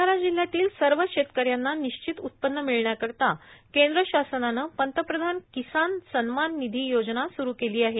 भंडारा जिल्हयातील सव शेतकऱ्यांना निश्चित उत्पन्न मिळण्याकरोता कद्व शासनानं पंतप्रधान किसान सन्मान निधी योजना सुरु केलो आहे